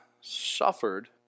suffered